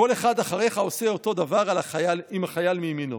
כל אחד אחריך עושה אותו דבר עם החייל מימינו.